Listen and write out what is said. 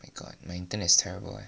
god my internet is terrible eh